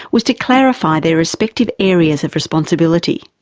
was to clarify their respective areas of responsibility.